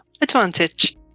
advantage